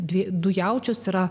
du jaučius yra